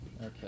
Okay